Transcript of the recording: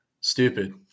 stupid